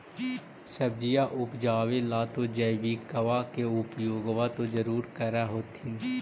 सब्जिया उपजाबे ला तो जैबिकबा के उपयोग्बा तो जरुरे कर होथिं?